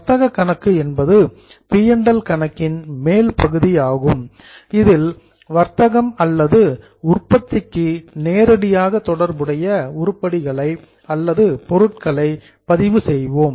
வர்த்தக கணக்கு என்பது பி மற்றும் எல் கணக்கின் மேல் பகுதியாகும் இதில் வர்த்தகம் அல்லது உற்பத்திக்கு நேரடியாக தொடர்புடைய உருப்படிகளை அல்லது பொருட்களை பதிவு செய்வோம்